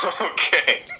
Okay